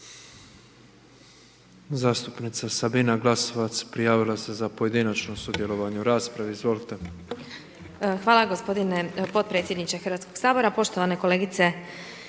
Zastupnica Sabina Glasovac prijavila se za pojedinačno sudjelovanje u raspravi. Izvolite. **Glasovac, Sabina (SDP)** Hvala gospodine podpredsjedniče Hrvatskog sabora, poštovane kolegice